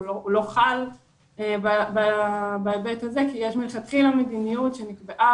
הוא לא חל בהיבט הזה כי יש מלכתחילה מדיניות שנקבעה